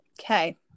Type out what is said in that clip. Okay